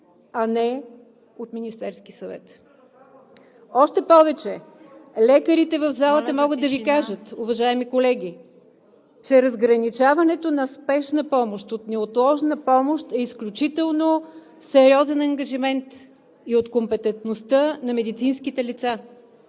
за тишина! НИГЯР ДЖАФЕР: Още повече, лекарите в залата могат да Ви кажат, уважаеми колеги, че разграничаването на спешна помощ от неотложна помощ е изключително сериозен ангажимент и е от компетентността на медицинските лица.